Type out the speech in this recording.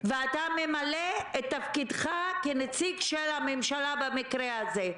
ואתה ממלא את תפקידך כנציג של הממשלה במקרה הזה.